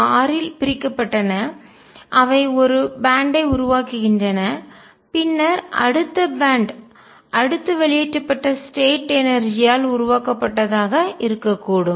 6 இல் பிரிக்கப்பட்டன அவை ஒரு பேன்ட் பட்டை வை உருவாக்குகின்றன பின்னர் அடுத்த பேன்ட் பட்டை அடுத்த வெளியேற்றப்பட்ட ஸ்டேட் எனர்ஜி ஆல் ஆற்றலால் உருவாக்கப்பட்டதாக இருக்கக்கூடும்